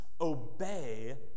obey